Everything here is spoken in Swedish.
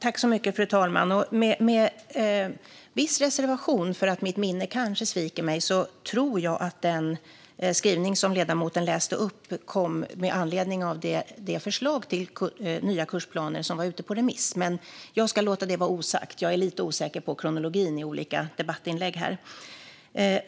Fru talman! Med viss reservation för att mitt minne kanske sviker mig tror jag att den skrivning som ledamoten läste upp kom med anledning av det förslag till nya kursplaner som var ute på remiss. Men jag ska låta det vara osagt. Jag är lite osäker på kronologin i debattinläggen här.